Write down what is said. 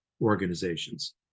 organizations